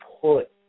put